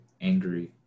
angry